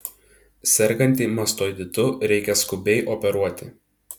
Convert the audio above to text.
sergantį mastoiditu reikia skubiai operuoti